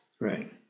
Right